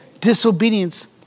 disobedience